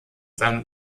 seinem